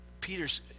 Peter's